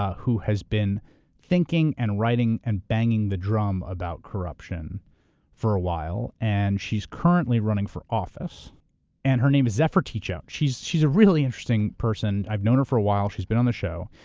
who has been thinking and writing and banging the drum about corruption for awhile. and she's currently running for office and her name is zephyr teachout. she's she's a really interesting person. i've known her for awhile, she's been on the show.